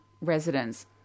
residents